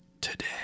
today